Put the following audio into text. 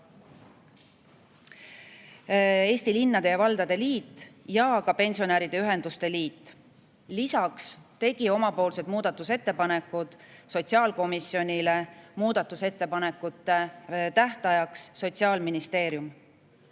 Eesti Linnade ja Valdade Liit ja pensionäride ühenduste liit. Lisaks tegi muudatusettepanekud sotsiaalkomisjonile muudatusettepanekute tähtajaks Sotsiaalministeerium.